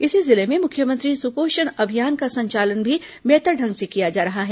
इसी जिले में मुख्यमंत्री सुपोषण अभियान का संचालन भी बेहतर ढंग से किया जा रहा है